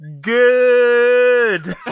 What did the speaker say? good